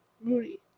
Moody